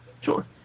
Sure